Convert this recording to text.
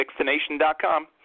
FixTheNation.com